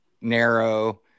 narrow